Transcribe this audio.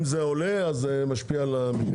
כי אם זה עולה, אז זה משפיע על המחירים.